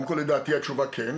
קודם כל לדעתי התשובה היא כן,